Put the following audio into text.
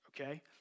okay